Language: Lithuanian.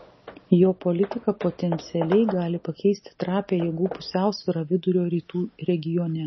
jo politika potencialiai gali pakeisti trapią jėgų pusiausvyrą vidurio rytų regione